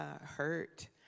hurt